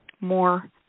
more